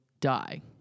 die